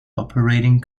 operating